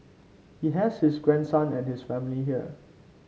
he has his grandson and his family here